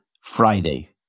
Friday